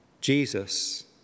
Jesus